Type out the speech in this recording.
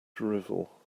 drivel